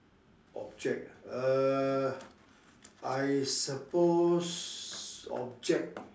object ah err I suppose object